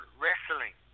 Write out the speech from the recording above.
wrestling